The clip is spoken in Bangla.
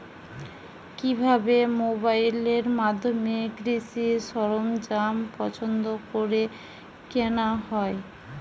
কিভাবে মোবাইলের মাধ্যমে কৃষি সরঞ্জাম পছন্দ করে কেনা হয়?